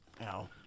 ow